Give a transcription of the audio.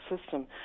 system